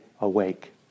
Awake